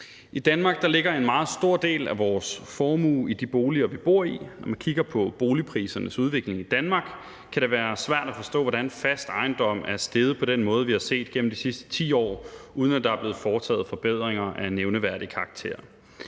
I Danmark ligger en meget stor del af vores formue i de boliger, vi bor i. Når man kigger på boligprisernes udvikling i Danmark, kan det være svært at forstå, hvordan fast ejendom er steget på den måde, vi har set igennem de sidste 10 år, uden at der er blevet foretaget forbedringer af nævneværdig karakter.